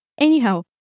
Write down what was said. Anyhow